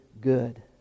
good